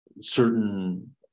certain